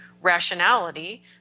rationality